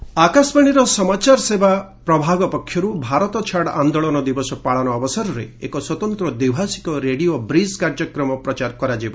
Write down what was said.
ମଷ୍ଟ announcement ଆକାଶବାଣୀର ସମାଚାର ସେବା ପ୍ରଭାଗ ପକ୍ଷରୁ ଭାରତ ଛାଡ଼ ଆନ୍ଦୋଳନ ଦିବସ ପାଳନ ଅବସରରେ ଏକ ସ୍ୱତନ୍ତ୍ର ଦ୍ୱିଭାଷିକ ରେଡିଓ ବ୍ରିକ୍ କାର୍ଯ୍ୟକ୍ରମ ପ୍ରଚାର କରାଯିବ